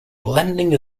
blending